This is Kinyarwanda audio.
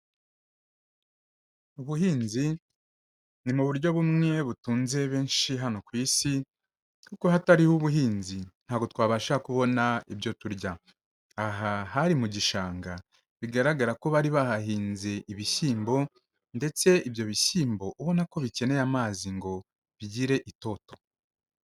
Ubuhinzi ni mu buryo bumwe butunze benshi hano ku Isi, kuko hatariho ubuhinzi ntabwo twabasha kubona ibyo turya, aha hari mu gishanga bigaragara ko bari bahahinze ibishyimbo ndetse ibyo bishyimbo ubona ko bikeneye amazi ngo bigire itoto.